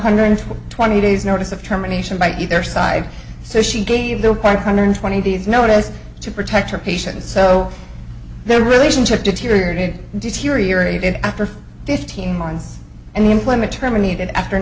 hundred twenty days notice of terminations by either side so she gave the current hundred twenty days notice to protect her patients so their relationship deteriorated deteriorated after fifteen months and the employment terminated after